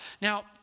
Now